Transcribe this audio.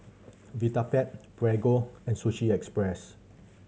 Vitapet Prego and Sushi Express